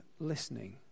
listening